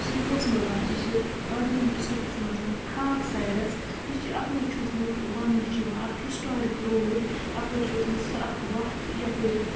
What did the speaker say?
یُس یہِ توسہٕ مٲدان چھِ یہِ چھِ بَڈگٲمۍ ڈِسٹِرٛکَس منٛز خاک سایڈَس یہِ چھِ اَپٲرۍ چھُ اوسمُت ونٛنہٕ چھِ یِوان اَکھ ہِسٹورِک روڈ اَپٲرۍ چھِ اوسمُت سۄ اَکھ وَتھ یَپٲرۍ